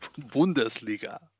Bundesliga